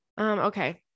Okay